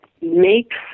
makes